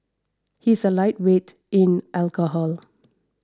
he is a lightweight in alcohol